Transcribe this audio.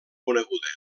coneguda